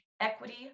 equity